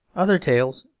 other tales,